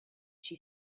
she